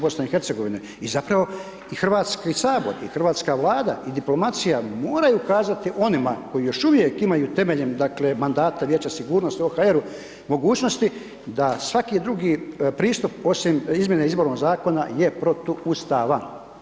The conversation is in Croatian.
BiH i zapravo i Hrvatski sabor i Hrvatska vlada i diplomacija moraju ukazati onima koji još uvijek imaju temeljem dakle mandata Vijeća sigurnosti u OHR-u mogućnosti da svaki drugi pristup osim izmjene izbornog zakona je protuustavan.